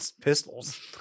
pistols